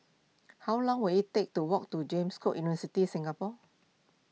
how long will it take to walk to James Cook University Singapore